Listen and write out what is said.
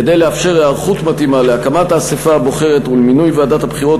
כדי לאפשר היערכות מתאימה להקמת האספה הבוחרת ולמינוי ועדת הבחירות,